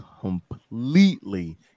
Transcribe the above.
completely